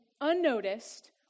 unnoticed